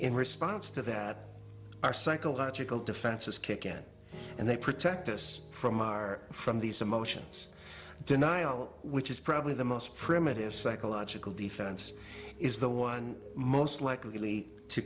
in response to there are psychological defenses kick in and they protect us from our from these emotions denial which is probably the most primitive psychological defense is the one most likely to